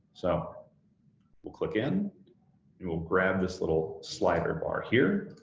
so we'll click in and we'll grab this little slider bar here,